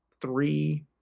three